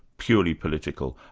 purely political?